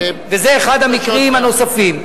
וזה אחד המקרים הנוספים.